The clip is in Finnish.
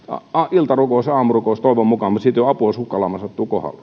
iltarukous aamurukous toivon mukaan mutta siitä ei ole apua jos hukkalauma sattuu kohdalle